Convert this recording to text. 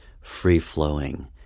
free-flowing